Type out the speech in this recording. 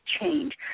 change